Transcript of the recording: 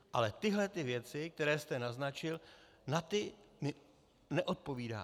Ale na tyhle věci, které jste naznačil, na ty mi neodpovídáte.